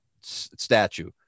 statue